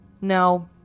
no